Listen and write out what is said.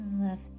Left